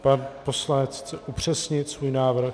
Pan poslanec chce upřesnit svůj návrh.